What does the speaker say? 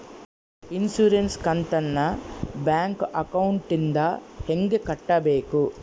Insurance ಕಂತನ್ನ bank ಅಕೌಂಟಿಂದ ಹೆಂಗ ಕಟ್ಟಬೇಕು?